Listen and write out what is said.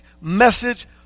message